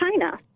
China